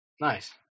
Nice